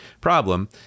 problem